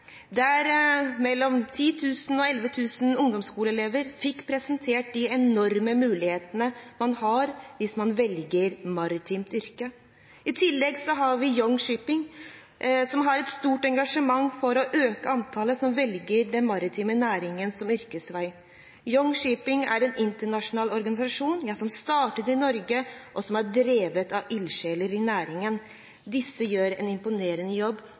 der mellom 10 000 og 11 000 ungdomsskoleelever fikk presentert de enorme mulighetene man har hvis man velger et maritimt yrke. I tillegg har vi YoungShip, som har et stort engasjement for å øke antallet som velger den maritime næringen som yrkesvei. YoungShip er en internasjonal organisasjon som startet i Norge, og som er drevet av ildsjeler i næringen. Disse gjør en imponerende jobb,